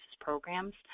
programs